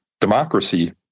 Democracy